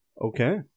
Okay